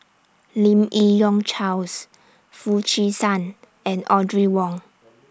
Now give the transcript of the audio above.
Lim Yi Yong Charles Foo Chee San and Audrey Wong